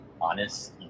honest